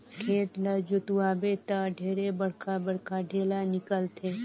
खेत ल जोतवाबे त ढेरे बड़खा बड़खा ढ़ेला निकलथे